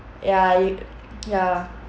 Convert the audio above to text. ya you ya